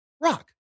rock